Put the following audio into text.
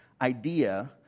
idea